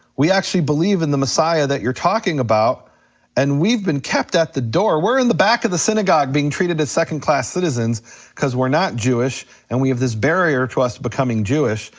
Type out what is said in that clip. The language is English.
we actually believe in the messiah that you're talking about and we've been kept at the door, we're in the back of the synagogue being treated as second class citizens cause we're not jewish, and we have this barrier to us becoming jewish,